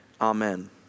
Amen